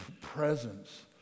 presence